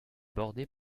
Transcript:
bordé